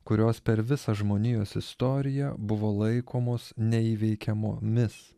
kurios per visą žmonijos istoriją buvo laikomos neįveikiamomis